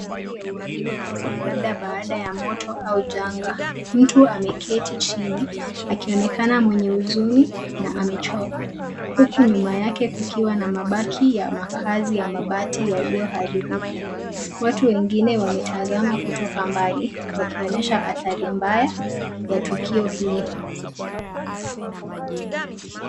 Baadhi ya uharibifu laabda baada ya moto au janga. Mtu ameketi chini akionekana mwenye huzuni na amechoka ,uku nyuma yake kukiwa na mabaki ya makaazi ya mabati yaliyoharibika. Watu wengine wametanzama kutoka mbali wakionyesha hadhari mbaya ya tukio ile.